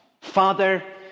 Father